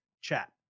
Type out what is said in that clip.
chat